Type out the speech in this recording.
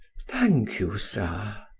thank you, sir.